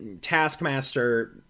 Taskmaster